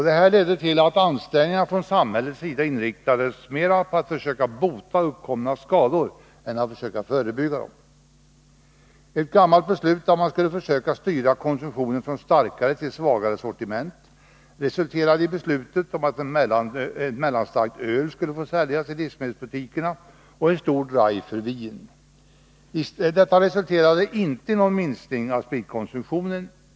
Detta ledde till att ansträngningarna från samhällets sida inriktades mera på att försöka bota uppkomna skador än att försöka förebygga dem. Ett gammalt beslut att man skulle försöka styra konsumtionen från starkare till svagare sortiment resulterade i beslut om att ett mellanstarkt öl skulle få säljas i livsmedelsbutikerna och en stor drive för vin. Detta reuslterade inte i någon minskning av spritkonsumtionen.